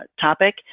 topic